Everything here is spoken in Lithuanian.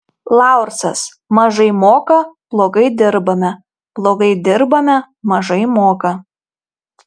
laursas mažai moka blogai dirbame blogai dirbame mažai moka